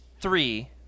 three